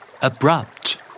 Abrupt